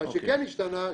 מה שכן השתנה,